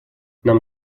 нам